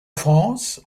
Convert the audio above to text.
france